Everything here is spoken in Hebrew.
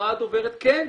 אמרה הדוברת כן.